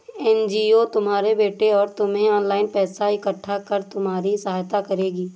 NGO तुम्हारे बेटे और तुम्हें ऑनलाइन पैसा इकट्ठा कर तुम्हारी सहायता करेगी